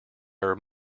are